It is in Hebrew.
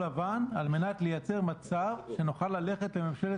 כדי לבנות אלטרנטיבה שלטונית,